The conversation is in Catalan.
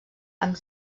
amb